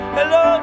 Hello